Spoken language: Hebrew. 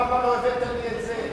למה לא הבאתם את זה?